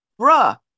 Bruh